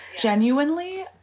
Genuinely